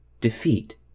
Defeat